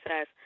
says